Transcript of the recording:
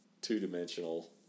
two-dimensional